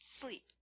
sleep